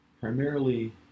primarily